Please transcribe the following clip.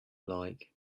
like